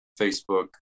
Facebook